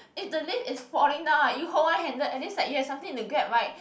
if the lift is falling down right you hold one handle at least like you have something to grab right